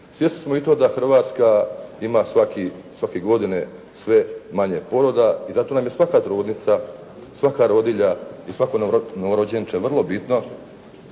Svjesni smo i to da Hrvatska ima svake godine sve manje poroda i zato nam je svaka trudnica, svaka rodilja i svako novorođenče vrlo bitno